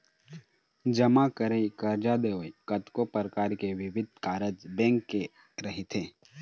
जमा करई, करजा देवई, कतको परकार के बिबिध कारज बेंक के रहिथे